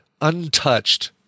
untouched